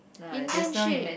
internship